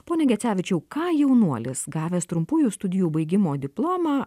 pone gecevičiau ką jaunuolis gavęs trumpųjų studijų baigimo diplomą